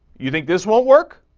you think this will work